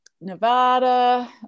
Nevada